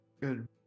good